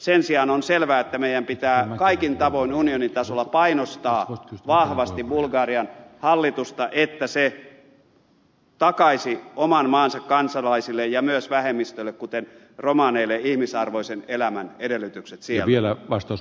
sen sijaan on selvää että meidän pitää kaikin tavoin unionin tasolla painostaa vahvasti bulgarian hallitusta että se takaisi oman maansa kansalaisille ja myös vähemmistöille kuten romaneille ihmisarvoisen elämän edellytykset siellä